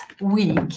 week